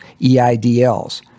EIDLs